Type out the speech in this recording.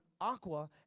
aqua